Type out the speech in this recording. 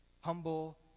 humble